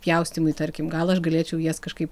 pjaustymui tarkim gal aš galėčiau jas kažkaip